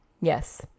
Yes